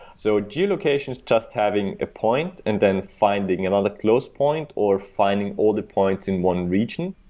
so geo-locations, just having a point and then finding another close point, or finding all the points in one region,